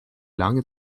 lange